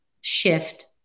shift